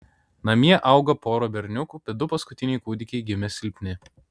namie auga pora berniukų bet du paskutiniai kūdikiai gimė silpni